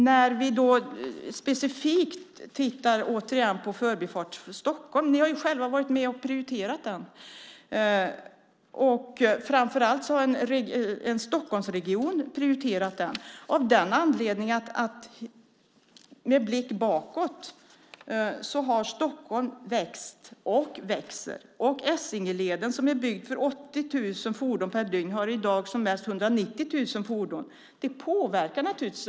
Ni har själva varit med och prioriterat Förbifart Stockholm, och framför allt har Stockholmsregionen prioriterat den, av den anledningen att Stockholm har växt och växer. Essingeleden som är byggd för 80 000 fordon per dygn har i dag som mest 190 000 fordon. Det påverkar naturligtvis.